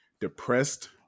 depressed